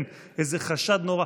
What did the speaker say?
כן, איזה חשד נורא.